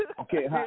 Okay